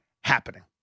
happening